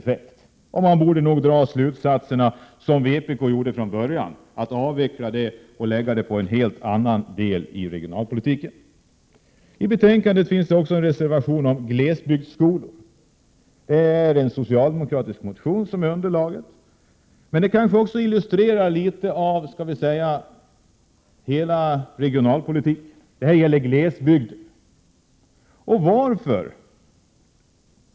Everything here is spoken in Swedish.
Man borde då — som vpk gjorde från början — dra den slutsatsen att man bör avveckla det generella stödet och lägga detta på en helt annan del av regionalpolitiken. Till betänkandet finns fogat en reservation om glesbygdsskolor som grundar sig på en socialdemokratisk motion. Reservationen illustrerar kanske en del av hela regionalpolitiken och det gäller då glesbygden.